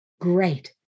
Great